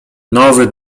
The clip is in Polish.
nowy